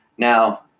Now